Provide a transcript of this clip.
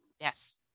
Yes